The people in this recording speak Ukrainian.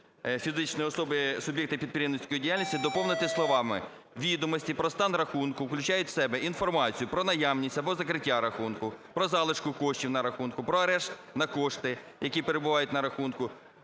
фізичної особи – суб'єкта підприємницької діяльності" доповнити словами "(відомості про стан рахунку включають в себе: інформацію про наявність або закриття рахунку, про залишки коштів на рахунку, про арешт на кошти, які перебувають на рахунку